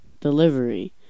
delivery